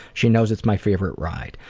she knows it's my favorite ride.